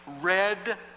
red